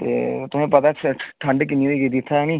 ते तुसें पता ठंड किन्नी होई गेदी इत्थै हैनी